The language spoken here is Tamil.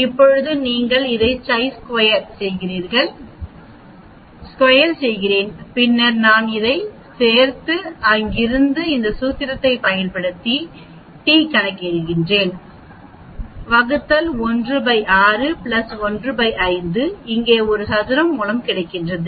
இப்போது நீங்கள் இதை ஸ்கொயர் செய்கிறேன் பின்னர் நான் இதைச் சேர்த்து அங்கிருந்து இந்த சூத்திரத்தைப் பயன்படுத்தி டி கணக்கிடுகிறேன் வகுத்தல் 1 6 15 இங்கே ஒரு சதுர வேர்